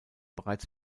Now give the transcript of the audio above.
bereits